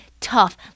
tough